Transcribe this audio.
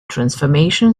transformation